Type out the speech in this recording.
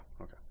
Okay